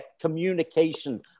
communication